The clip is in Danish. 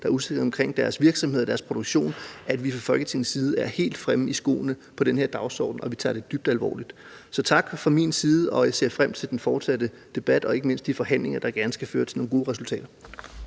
deres hjem, usikkerhed omkring deres virksomhed eller produktion, at vi fra Folketingets side er helt fremme i skoene på den her dagsorden, og at vi tager det dybt alvorligt. Så der skal lyde en tak fra min side, og jeg ser frem til den fortsatte debat og ikke mindst de forhandlinger, der gerne skal føre til nogle gode resultater.